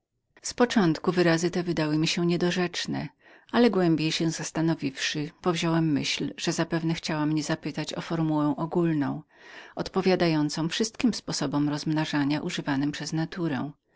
z początku wyrazy te mojej ciotki wydały mi się niedorzecznemi ale głębiej się zastanowiwszy powziąłem myśl że zapewne chciała mnie zapytać o formułę ogólną odpowiadającą wszystkim trybom mnożenia używanym przez naturę